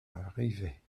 arriver